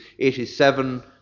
87